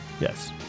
yes